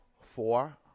four